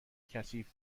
کثیف